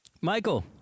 Michael